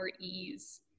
ease